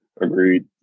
Agreed